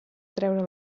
treure